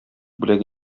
бүләк